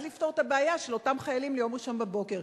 ואז לפתור את הבעיה של אותם חיילים ביום ראשון בבוקר.